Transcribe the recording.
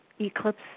eclipse